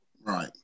Right